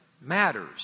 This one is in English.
matters